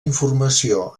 informació